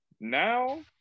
Now